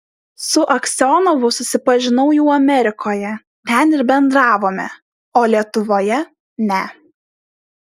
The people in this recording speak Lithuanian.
su aksionovu susipažinau jau amerikoje ten ir bendravome o lietuvoje ne